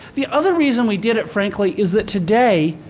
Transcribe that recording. the other reason we did it, frankly, is that today,